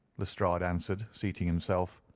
lestrade answered, seating himself.